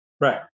right